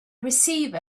receiver